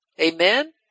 Amen